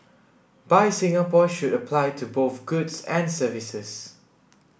buy Singapore should apply to both goods and services